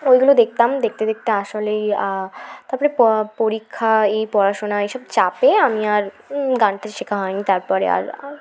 ওইগুলো দেখতাম দেখতে দেখতে আসলেই তারপরে প পরীক্ষা এই পড়াশোনা এই সব চাপে আমি আর গানটা শেখা হয় নি তারপরে আর আর